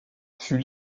fut